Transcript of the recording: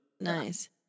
Nice